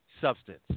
substance